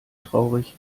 traurig